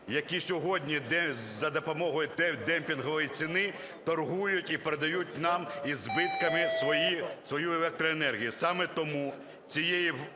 які сьогодні за допомогою демпінгової ціни торгують і продають нам із збитками свою електроенергію? Саме тому цією